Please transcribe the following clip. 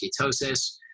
ketosis